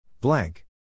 Blank